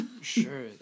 Sure